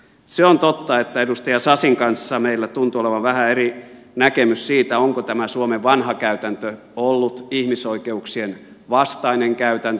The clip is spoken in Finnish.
se on totta että edustaja sasin kanssa meillä tuntuu olevan vähän eri näkemys siitä onko tämä suomen vanha käytäntö ollut ihmisoikeuksien vastainen käytäntö